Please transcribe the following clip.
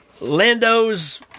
Lando's